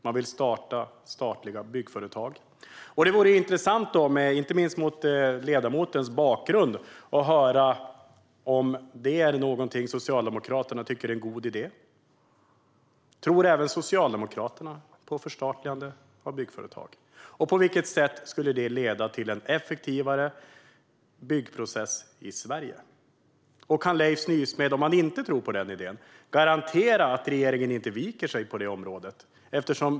Man vill starta statliga byggföretag. Det vore då intressant, inte minst mot ledamotens bakgrund, att höra om det är någonting som Socialdemokraterna tycker är en god idé. Tror även Socialdemokraterna på förstatligande av byggföretag? På vilket sätt skulle det leda till en effektivare byggprocess i Sverige? Kan Leif Nysmed, om han inte tror på den idén, garantera att regeringen inte viker sig på det området?